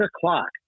o'clock